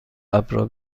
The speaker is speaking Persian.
اپرا